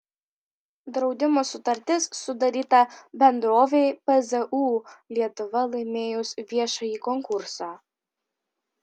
draudimo sutartis sudaryta bendrovei pzu lietuva laimėjus viešąjį konkursą